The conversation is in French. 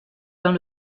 dans